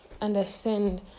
understand